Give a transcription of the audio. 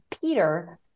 Peter